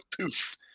poof